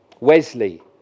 Wesley